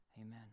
Amen